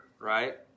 right